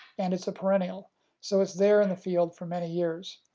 and it's a perennial so it's there in the field for many years.